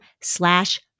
slash